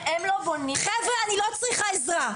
הם לא בונים את ה -- חבר'ה אני לא צריכה עזרה,